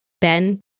Ben